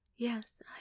Yes